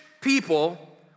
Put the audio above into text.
people